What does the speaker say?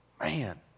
Man